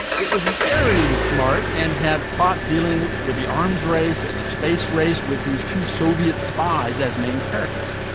it was very smart and had plots dealing with the arms race and the space race with these two soviet spies as main characters.